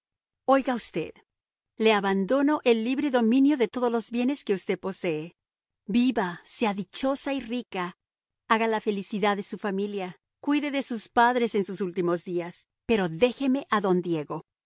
oiga usted le abandono el libre dominio de todos los bienes que usted posee viva sea dichosa y rica haga la felicidad de su familia cuide de sus padres en sus últimos días pero déjeme a don diego